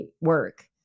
work